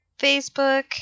Facebook